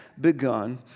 begun